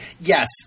yes